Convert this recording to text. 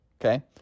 Okay